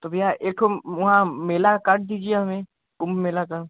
तो भैया एकठो वहाँ मेला का काट दीजिए हमें कुंभ मेला का